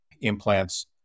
implants